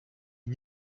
iyi